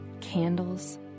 candles